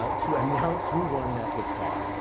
ah to announce who won that guitar.